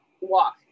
walk